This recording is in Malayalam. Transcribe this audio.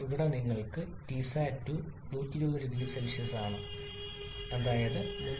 ഇവിടെ നിങ്ങളുടെ Tsat2 120 0C ആണ് അതായത് 393